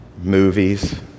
movies